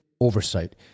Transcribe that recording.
oversight